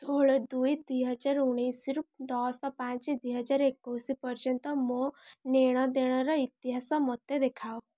ଷୋହଳ ଦୁଇ ଦୁଇହଜାର ଉଣେଇଶରୁ ଦଶ ପାଞ୍ଚ ଦୁଇ ହଜାର ଏକୋଇଶ ପର୍ଯ୍ୟନ୍ତ ମୋ ନେଣଦେଣର ଇତିହାସ ମୋତେ ଦେଖାଅ